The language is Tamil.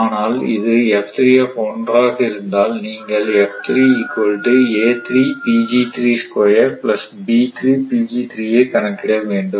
ஆனால் இது ஆக இருந்தால் நீங்கள் ஐ கணக்கிட வேண்டும்